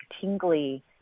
tingly